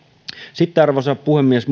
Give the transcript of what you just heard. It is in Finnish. sitten arvoisa puhemies